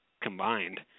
combined